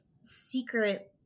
secret